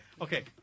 Okay